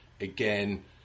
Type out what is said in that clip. Again